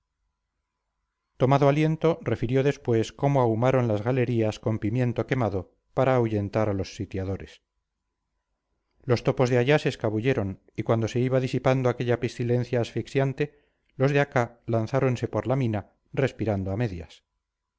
tomado aliento refirió después cómo ahumaron las galerías con pimiento quemado para ahuyentar a los sitiadores los topos de allá se escabulleron y cuando se iba disipando aquella pestilencia asfixiante los de acá lanzáronse por la mina respirando a medias